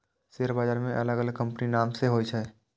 share बाजार मे अलग अलग कंपनीक नाम सं शेयर होइ छै